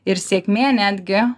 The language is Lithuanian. ir sėkmė netgi